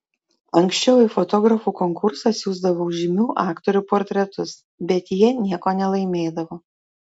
anksčiau į fotografų konkursą siųsdavau žymių aktorių portretus bet jie nieko nelaimėdavo